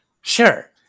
Sure